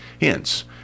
Hence